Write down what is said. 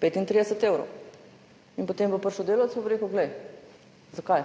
35 evrov. In potem bo prišel delavec pa bo rekel, glej, zakaj,